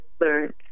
learn